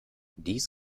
dies